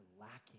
lacking